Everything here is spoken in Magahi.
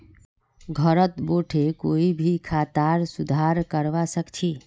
घरत बोठे कोई भी खातार सुधार करवा सख छि